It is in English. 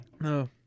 no